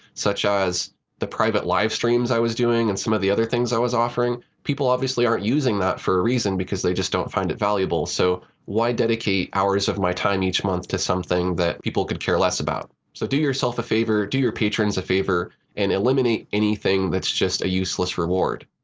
such as the private live streams i was doing, and some of the other things i was offering, people obviously aren't using that for a reason because they just don't find it valuable. so why dedicate hours of my time each month to something that people could care less about. so do yourself a favor. do your patrons a favor, and eliminate anything that's just a useless reward.